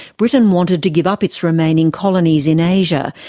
britain wanted to give up its remaining colonies in asia,